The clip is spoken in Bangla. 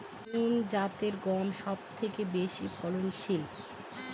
কোন জাতের গম সবথেকে বেশি ফলনশীল?